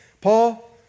Paul